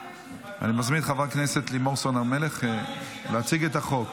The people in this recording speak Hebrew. אני מזמין את חברת הכנסת לימור סון הר מלך להציג את החוק.